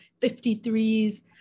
53s